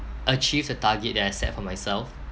achieve the target that I set for myself